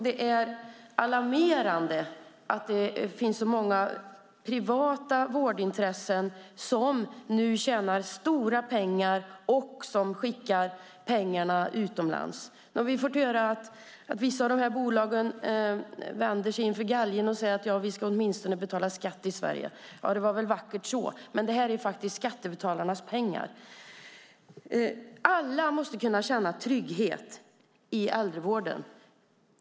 Det är alarmerande att det finns så många privata vårdintressen som nu tjänar stora pengar och skickar dem utomlands. Vi har fått höra att vissa av bolagen vänder sig inför galgen och säger att de åtminstone ska betala skatt i Sverige. Det var väl vackert så, men detta är faktiskt skattebetalarnas pengar. Alla måste kunna känna trygghet i äldrevården.